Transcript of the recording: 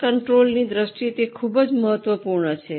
cost કંટ્રોલની દ્રષ્ટિએ તે ખૂબ જ મહત્વપૂર્ણ છે